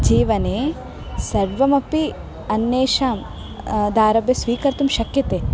जीवने सर्वमपि अन्येषां आरभ्य स्वीकर्तुं शक्यते